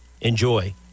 enjoy